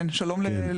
כן, שלום לכולם.